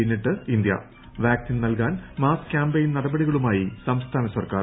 പിന്നിട്ട് ഇന്ത്യൂപ്പാക്സിൻ നൽകാൻ് മാസ് ക്യാമ്പയിൻ നടപടികളുമായി സംസ്ഥാന സർക്കാർ